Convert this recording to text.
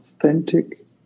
authentic